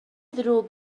ddrwg